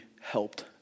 helped